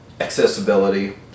accessibility